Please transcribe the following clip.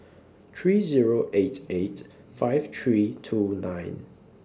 three Zero eight eight five three two nine